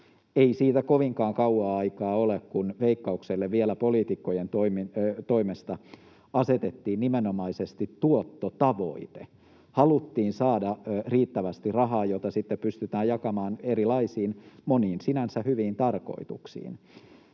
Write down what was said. Ei siitä kovinkaan kauan aikaa ole, kun Veikkaukselle vielä poliitikkojen toimesta asetettiin nimenomaisesti tuottotavoite. Haluttiin saada riittävästi rahaa, jota sitten pystytään jakamaan erilaisiin, moniin sinänsä hyviin tarkoituksiin.